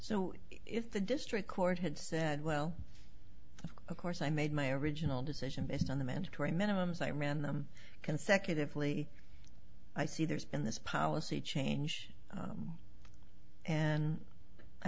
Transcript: so if the district court had said well of course i made my average in all decision based on the mandatory minimums i ran them consecutively i see there's been this policy change and i